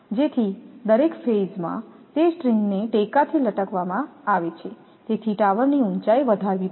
જેથી દરેક ફેઈસમાં તે સ્ટ્રિંગને ટેકાથી લટકાવવામાં આવે છેતેથી ટાવરની ઉંચાઇ વધારવી પડે છે